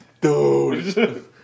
Dude